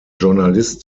journalist